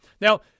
Now